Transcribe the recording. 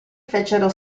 fecero